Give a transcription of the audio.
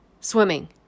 swimming